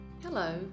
Hello